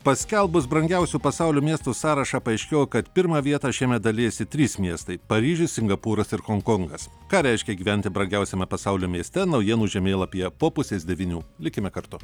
paskelbus brangiausių pasaulio miestų sąrašą paaiškėjo kad pirmą vietą šiemet dalijasi trys miestai paryžius singapūras ir honkongas ką reiškia gyventi brangiausiame pasaulio mieste naujienų žemėlapyje po pusės devynių likime kartu